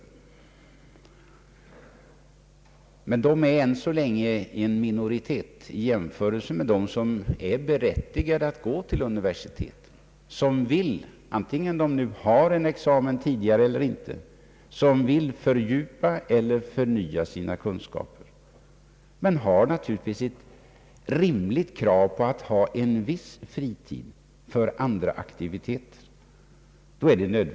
Dessa studerande är emellertid ännu så länge i minoritet i jämförelse med dem som är berättigade att gå till universiteten och som, antingen de nu har en examen tidigare eller inte, vill fördjupa eller förnya sina kunskaper. Man har naturligtvis ett rimligt krav på en viss fritid för andra aktiviteter.